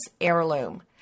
Heirloom